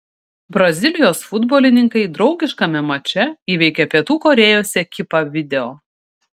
brazilijos futbolininkai draugiškame mače įveikė pietų korėjos ekipą video